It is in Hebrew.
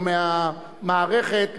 ומהמערכת,